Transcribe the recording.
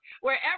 wherever